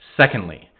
Secondly